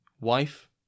wife